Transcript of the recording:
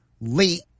late